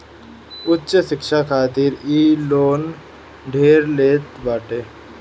उच्च शिक्षा खातिर इ लोन ढेर लेत बाटे